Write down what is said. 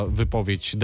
wypowiedź